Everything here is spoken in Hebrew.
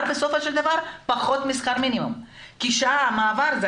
בסופו של דבר פחות משכר מינימום כי את המעבר מבית לבית,